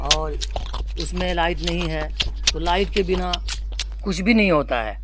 اور اس میں لائٹ نہیں ہے تو لائٹ کے بنا کچھ بھی نہیں ہوتا ہے